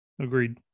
Agreed